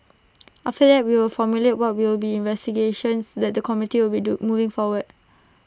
after that we will formulate what will be the investigations that the committee will do moving forward